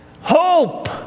hope